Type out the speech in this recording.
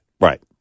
Right